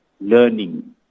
learning